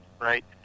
right